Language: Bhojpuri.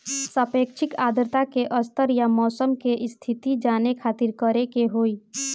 सापेक्षिक आद्रता के स्तर या मौसम के स्थिति जाने खातिर करे के होई?